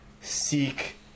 seek